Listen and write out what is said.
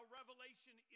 revelation